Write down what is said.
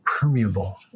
permeable